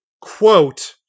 quote